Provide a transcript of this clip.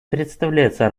представляется